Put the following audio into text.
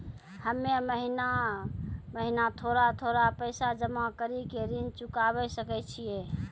हम्मे महीना महीना थोड़ा थोड़ा पैसा जमा कड़ी के ऋण चुकाबै सकय छियै?